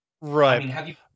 Right